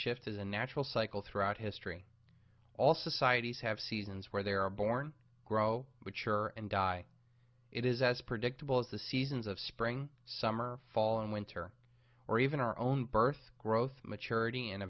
shift is a natural cycle throughout history all societies have seasons where there are born grow which are and die it is as predictable as the seasons of spring summer fall and winter or even our own birth growth maturity